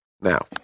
Now